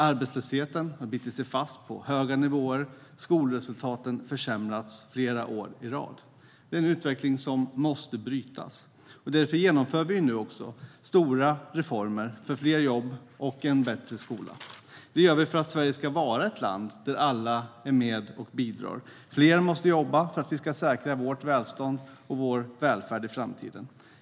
Arbetslösheten hade bitit sig fast på höga nivåer och skolresultaten försämrats flera år i rad. Det är en utveckling som måste brytas. Därför genomför vi nu stora reformer för fler jobb och en bättre skola. Det gör vi för att Sverige ska vara ett land där alla är med och bidrar. Fler måste jobba för att vi ska säkra vårt välstånd och vår välfärd i framtiden.